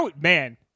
Man